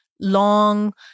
long